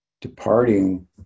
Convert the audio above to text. departing